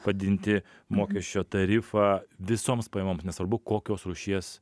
padidinti mokesčio tarifą visoms pajamoms nesvarbu kokios rūšies